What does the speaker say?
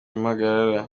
impagarara